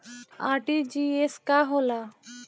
RTGS का होला?